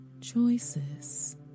choices